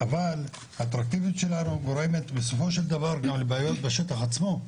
אבל האטרקטיביות שלנו גורמת בסופו של דבר גם לבעיות בשטח עצמו.